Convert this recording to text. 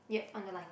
yup underlined